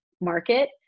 market